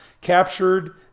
captured